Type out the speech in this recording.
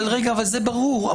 אבל זה ברור.